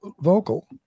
vocal